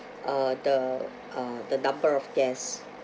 uh the uh the number of guests